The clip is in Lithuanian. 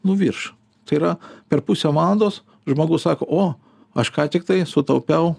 nu virš tai yra per pusę valandos žmogus sako o aš ką tiktai sutaupiau